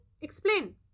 Explain